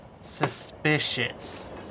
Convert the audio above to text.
Suspicious